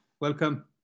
Welcome